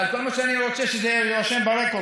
אבל כל מה שאני רוצה הוא שזה יירשם ברקורד,